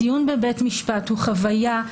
הדיון בבית משפט הוא חוויה.